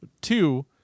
Two